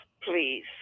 please